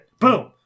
Boom